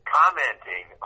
commenting